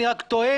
אני רק טוען,